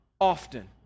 often